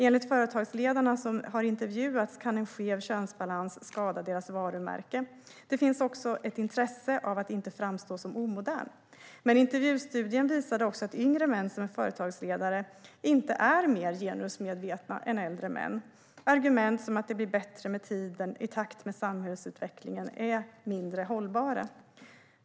Enligt företagsledarna som har intervjuats kan en skev könsbalans skada deras varumärke. Det finns också ett intresse av att inte framstå som omodern. Men intervjustudien visade också att yngre män som är företagsledare inte är mer genusmedvetna än äldre män. Argument som att det blir bättre med tiden i takt med samhällsutvecklingen är alltså mindre hållbara.